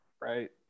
right